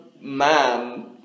man